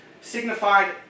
signified